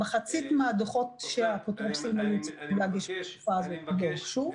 מחצית מן הדוחות שהיו אמורים להיות מוגשים בתקופה הזאת לא הוגשו.